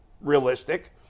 realistic